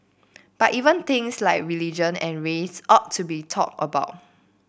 but even things like religion and race ought to be talked about